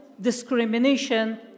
discrimination